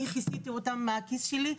אני כיסיתי אותן מהכיס שלי.